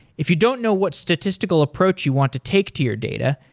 if you don't know what statistical approach you want to take to your data,